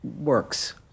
works